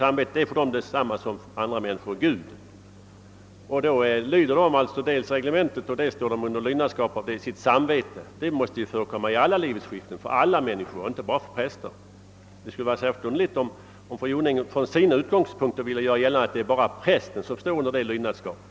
Att man dels är tvungen att lyda reglementet, dels står under lydnadsplikt geniemot samvetet förekommer i alla livets skiften — för alla människor, inte bara för präster. Det skulle vara särskilt underligt, om fru Jonäng utifrån sina utgångspunkter ville göra gällande att endast präster står under det lydnadskravet.